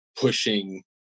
pushing